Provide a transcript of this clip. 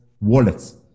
wallets